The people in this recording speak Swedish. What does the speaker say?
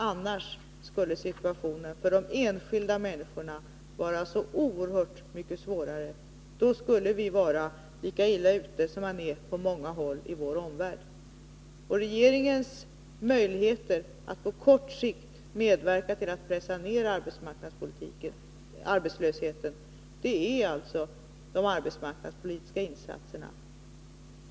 Annars skulle situationen för de enskilda människorna vara så oerhört mycket svårare. Då skulle vi vara lika illa ute som man är på många håll i vår omvärld. Regeringens möjligheter att på kort sikt medverka till att pressa ned arbetslösheten ligger alltså i de arbetsmarknadspolitiska insatserna.